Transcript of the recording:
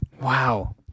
wow